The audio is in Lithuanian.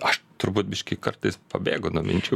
aš turbūt biškį kartais pabėgu nuo minčių